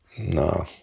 No